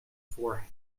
forehead